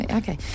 okay